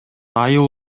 айыл